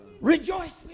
Rejoice